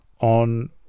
on